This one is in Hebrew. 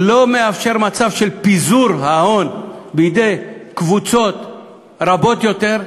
לא מאפשר מצב של פיזור ההון בידי קבוצות רבות יותר,